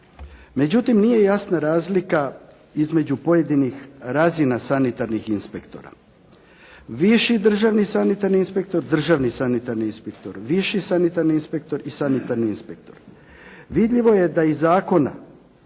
Međutim, nije jasna razlika između pojedinih razina sanitarnih inspektora. Viši državni sanitarni inspektor, državni sanitarni inspektor, viši sanitarni inspektor i sanitarni inspektor. Vidljivo je iz zakona